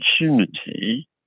opportunity